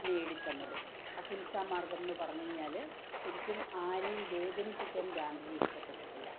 നേടി തന്നത് അഹിംസ മാര്ഗ്ഗം എന്ന് പറഞ്ഞ് കഴിഞ്ഞാൽ ശരിക്കും ആരെയും വേദനിപ്പിക്കാന് ഗാന്ധിജി ഇഷ്ടപ്പെട്ടിട്ടില്ല